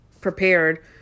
prepared